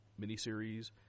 miniseries